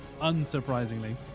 unsurprisingly